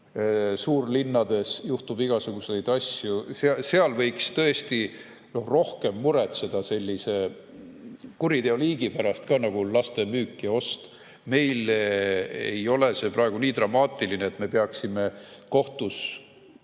suurlinnades juhtub igasuguseid asju. Seal võiks tõesti rohkem muretseda sellise kuriteoliigi pärast nagu laste müük ja ost. Meil ei ole see praegu nii dramaatiline, et me peaksime kohtus